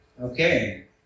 okay